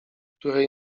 które